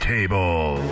Table